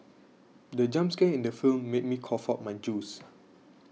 the jump scare in the film made me cough out my juice